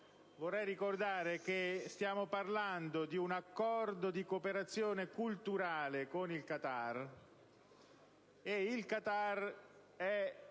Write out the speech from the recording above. Vorrei ricordare che stiamo parlando di un Accordo di cooperazione culturale con il Qatar, ossia